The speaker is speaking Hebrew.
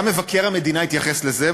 גם מבקר המדינה התייחס לזה,